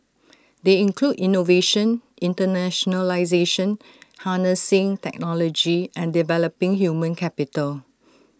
they include innovation internationalisation harnessing technology and developing human capital